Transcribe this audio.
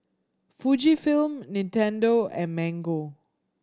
Fujifilm Nintendo and Mango